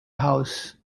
house